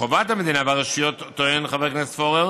חובת המדינה והרשויות" טוען חבר הכנסת פורר,